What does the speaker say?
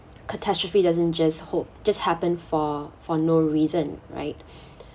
catastrophe doesn't just hap~ just happen for for no reason right